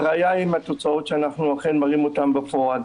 הראיה היא התוצאות שאנחנו אכן מראים אותן בפועל.